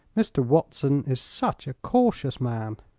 mr. watson is such a cautious man!